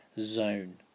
zone